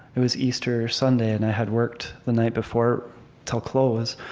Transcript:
it was easter sunday, and i had worked the night before till close.